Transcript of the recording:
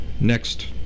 next